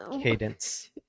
Cadence